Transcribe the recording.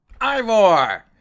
Ivor